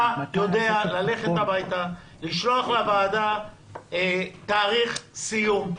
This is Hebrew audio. אתה יודע ללכת הביתה, לשלוח לוועדה תאריך סיום,